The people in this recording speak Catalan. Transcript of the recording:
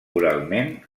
oralment